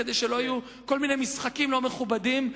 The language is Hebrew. כדי שלא יהיו כל מיני משחקים לא מכובדים בנושא,